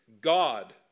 God